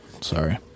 Sorry